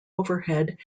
overhead